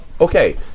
okay